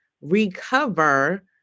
recover